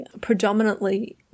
predominantly